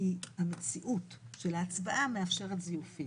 כי המציאות של ההצבעה מאפשרת זיופים.